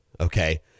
okay